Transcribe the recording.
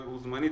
אבל הוא זמני.